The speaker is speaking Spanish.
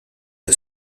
del